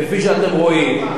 כפי שאתם רואים,